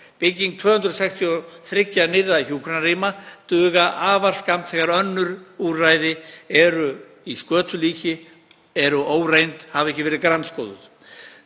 Bygging 263 nýrra hjúkrunarrýma dugar afar skammt þegar önnur úrræði eru í skötulíki, eru óreynd, hafi ekki verið grandskoðuð.